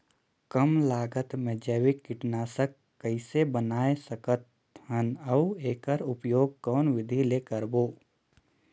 कम लागत मे जैविक कीटनाशक कइसे बनाय सकत हन अउ एकर उपयोग कौन विधि ले करबो?